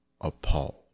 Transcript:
appalled